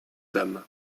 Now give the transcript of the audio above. dame